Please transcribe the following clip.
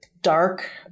dark